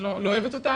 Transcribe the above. אני לא אוהבת אותה,